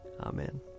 Amen